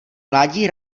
mládí